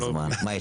מה, יש